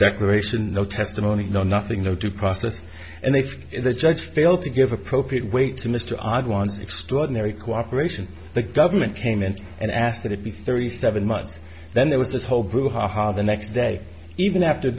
declaration no testimony no nothing no due process and i think the judge failed to give appropriate way to mr odd wants extraordinary cooperation the government came in and asked that it be thirty seven months then there was this whole brouhaha the next day even after